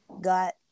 got